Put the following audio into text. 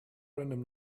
random